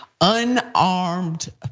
Unarmed